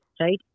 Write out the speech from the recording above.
right